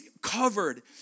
covered